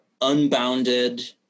unbounded